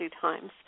times